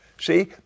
See